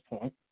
point